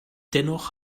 dennoch